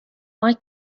why